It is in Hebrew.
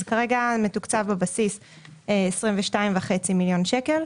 אז כרגע מתוקצב בבסיס 22.5 מיליון שקלים.